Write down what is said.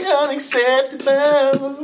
unacceptable